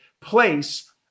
place